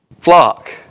flock